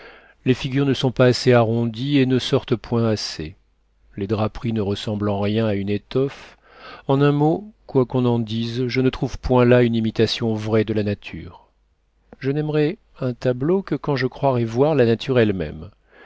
les figures ne sont pas assez arrondies et ne sortent point assez les draperies ne ressemblent en rien à une étoffe en un mot quoi qu'on en dise je ne trouve point là une imitation vraie de la nature je n'aimerai un tableau que quand je croirai voir la nature elle-même